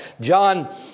John